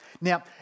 Now